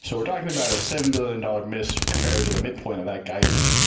so we're talking about a seven billion dollars miss compared to the midpoint of that guidance.